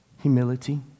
Humility